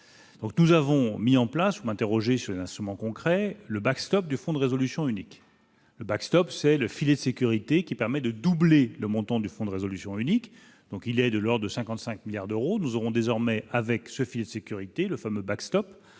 nous avons mis en place mais, interrogé sur les instrument concrets, le backstop du fonds de résolution unique, le backstop, c'est le filet de sécurité qui permet de doubler le montant du fonds de résolution unique, donc il est de l'ordre de 55 milliards d'euros, nous aurons désormais avec ce filet de sécurité, le fameux backstop,